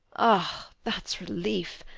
ah, that's relief,